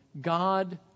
God